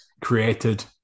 created